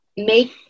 Make